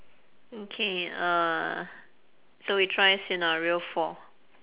okay uh so we try scenario four